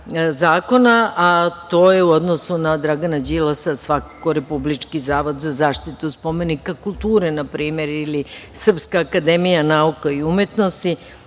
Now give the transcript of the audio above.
a to je u odnosu na Dragana Đilasa svakako Republički zavod za zaštitu spomenika kulture npr. ili Srpska akademija nauka i umetnosti,